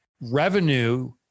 revenue –